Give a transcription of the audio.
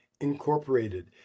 Incorporated